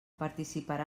participarà